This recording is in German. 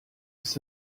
ist